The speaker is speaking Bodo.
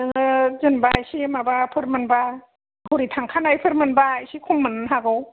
नोङो जेनबा इसे माबाफोर मोनबा हरै थांखानायफोर मोनबा एसे खम मोननो हागौ